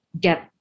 get